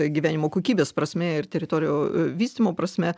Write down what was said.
gyvenimo kokybės prasme ir teritorijų vystymo prasme